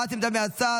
הבעת עמדה מהצד.